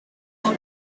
all